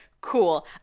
cool